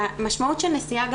והמשמעות של נסיעה,